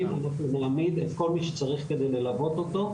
נעמיד את כל מי שצריך כדי ללוות אותו,